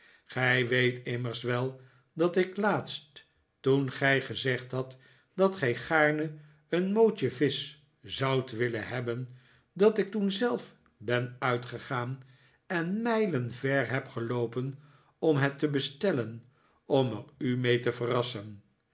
gij weet immers wel dat ik laatst toen gij gezegd hadt dat gij gaarne een mootje visch zoudt willen hebben dat ik toen zelf ben uitgegaan en mijlen ver heb geloopen om het te bestellen om er u mee te verrassen